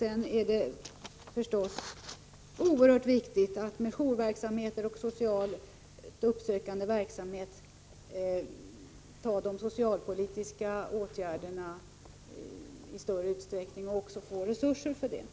Det är förstås oerhört viktigt med jourverksamhet och socialt uppsökande verksamhet. Man måste sätta in socialpolitiska åtgärder i större utsträckning och också anslå pengar till sådana.